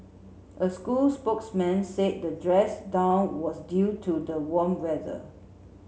a school spokesman said the dress down was due to the warm weather